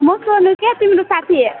म सोनु के तिम्रो साथी